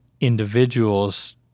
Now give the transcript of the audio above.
individuals